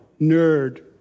nerd